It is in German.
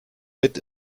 mit